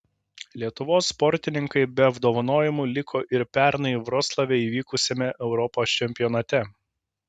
lietuvos sportininkai be apdovanojimų liko ir pernai vroclave įvykusiame europos čempionate